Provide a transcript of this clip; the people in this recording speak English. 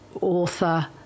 author